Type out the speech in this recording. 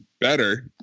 better